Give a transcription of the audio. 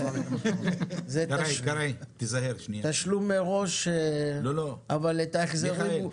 יש פה בהחלט מפקח שהלב שלו במקום הנכון